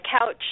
couch